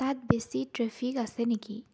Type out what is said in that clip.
তাত বেছি ট্রেফিক আছে নেকি